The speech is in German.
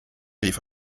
rief